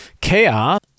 chaos